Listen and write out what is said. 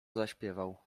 zaśpiewał